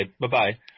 Bye-bye